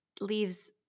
leaves